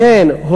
כן,